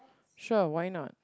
sure why not